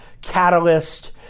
catalyst